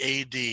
AD